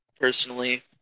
personally